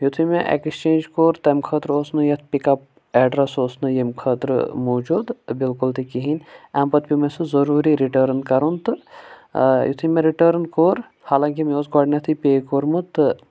یُتھُے مےٚ exchange کوٚر تہٕ تَمہِ خٲطرٕ اوس نہٕ یَتھ پِک اَپ اٮ۪ڈرَس اوس نہٕ ییٚمہِ خٲطرٕ موٗجوٗد بالکُل تہِ کِہیٖنۍ امہِ پَتہٕ پیٚو مےٚ سُہ ضٔروٗری رِٹٔرٕن کَرُن تہٕ یُتھُے مےٚ رِٹٲرٕن کوٚر حالانکہ مےٚ اوس گۄڈنٮ۪تھٕے پے کوٚرمُت تہٕ